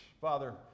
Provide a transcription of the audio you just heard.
Father